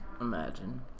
Imagine